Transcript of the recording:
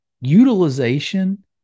utilization